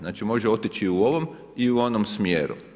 Znači može otići i u ovom i u onom smjeru.